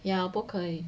ya 不可以